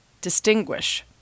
distinguish